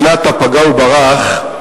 אופנת ה"פגע וברח",